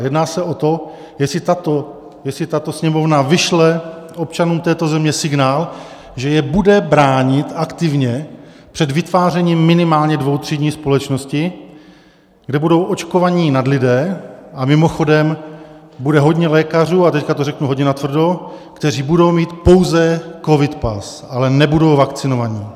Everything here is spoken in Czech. Jedná se o to, jestli tato Sněmovna vyšle občanům této země signál, že je bude bránit aktivně před vytváření minimálně dvoutřídní společnosti, kde budou očkovaní nadlidé a mimochodem bude hodně lékařů, a teď to řeknu hodně natvrdo, kteří budou mít pouze CovidPass, ale nebudou vakcinovaní.